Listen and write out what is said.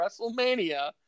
WrestleMania